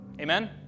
Amen